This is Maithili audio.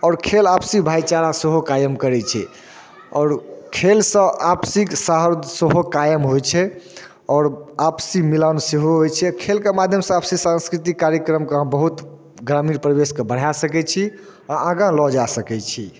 आओर खेल आपसी भाइचारा सेहो कायम करय छै आओर खेलसँ आपसीक साहौर्द सेहो कायम होइ छै आओर आपसी मिलान सेहो होइ छै खेलके माध्यमसँ आपसी सांस्कृतिक कार्यक्रमसँ बहुत ग्रामीण परिवेशके बढ़ा सकय छी आओर आगा लऽ जा सकय छी